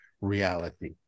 reality